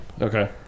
Okay